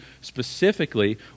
specifically